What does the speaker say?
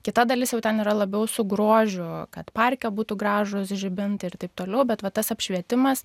kita dalis jau ten yra labiau su grožiu kad parke būtų gražūs žibintai ir taip toliau bet va tas apšvietimas